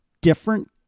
different